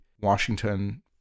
Washington